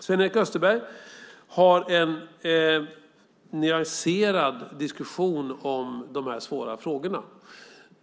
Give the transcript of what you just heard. Sven-Erik Österberg för en nyanserad diskussion om dessa svåra frågor.